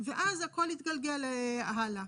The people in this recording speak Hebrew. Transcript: ואז הכול התגלגל הלאה.